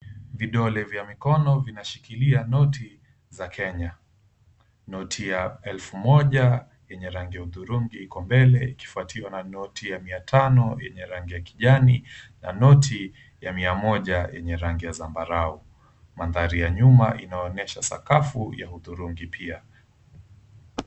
Vidole vya mkono vimeshikilia noti za Kenya. Noti hii ya elfu moja yenye rangi ya hudhurungi iko mbele ikifatwa na noti ya mia tano yenye rangi ya kijani na noti ya mia moja ya rangi ya zambarao. Maanthari ya nyuma yanaonyesha ni sakafu ya rangi hudhurungi pia.